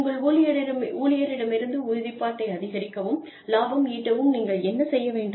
உங்கள் ஊழியர்களிடமிருந்து உறுதிப்பாட்டை அதிகரிக்கவும் லாபம் ஈட்டவும் நீங்கள் என்ன செய்ய வேண்டும்